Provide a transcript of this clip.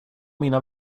mina